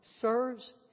serves